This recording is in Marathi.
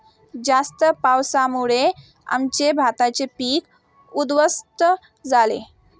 जास्त पावसामुळे आमचे भाताचे पीक उध्वस्त झाले